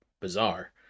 bizarre